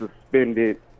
suspended